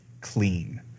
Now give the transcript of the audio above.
clean